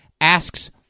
asks